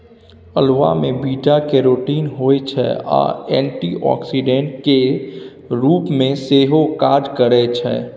अल्हुआ मे beta carotene होइ छै आ एंटीआक्सीडेंट केर रुप मे सेहो काज करय छै